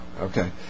okay